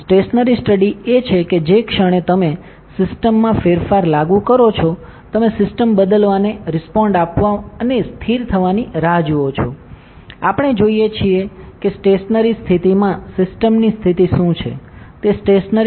stationary study એ છે કે જે ક્ષણે તમે સિસ્ટમમાં ફેરફાર લાગુ કરો છો તમે સિસ્ટમ બદલાવને રિસ્પોન્ડ આપવા અને સ્થિર થવાની રાહ જુઓ છો આપણે જોઈએ છીએ કે સ્ટેશનરી સ્થિતિમાં સિસ્ટમની સ્થિતિ શું છે તે સ્ટેશનરી સ્ટડી છે